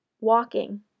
Walking